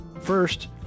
First